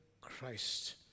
Christ